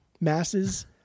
masses